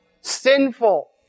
sinful